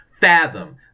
fathom